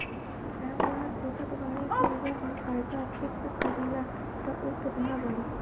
राम लाल पूछत बड़न की अगर हम पैसा फिक्स करीला त ऊ कितना बड़ी?